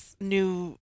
new